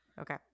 okay